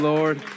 Lord